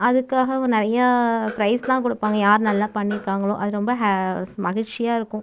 அதுக்காக நிறையா ப்ரைஸ்லாம் கொடுப்பாங்க யார் நல்லா பண்ணிருக்காங்களோ அது ரொம்ப ஹே மகிழ்ச்சியாக இருக்கும்